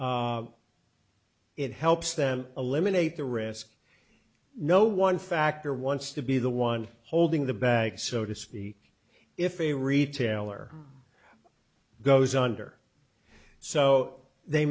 it helps them eliminate the risk no one factor wants to be the one holding the bag so to speak if a retailer goes under so they